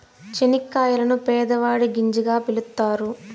చనిక్కాయలను పేదవాడి గింజగా పిలుత్తారు